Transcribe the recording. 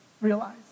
realize